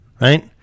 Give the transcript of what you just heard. right